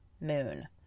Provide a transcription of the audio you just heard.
moon